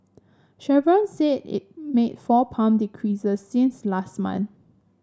Chevron said it made four pump decreases since last month